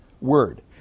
word